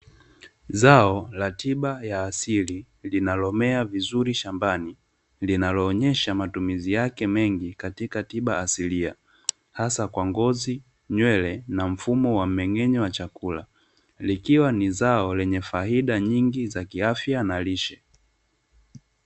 Zao la tiba ya asili linalo mea vizuri shambani, linalo onyesha matumizi yake mengi katika tiba asilia hasa kwa ngozi, nywele na mfumo wa mmeng'enyo wa chakula. Likiwa ni zao lenye faida nyingi za kiafya na lishe.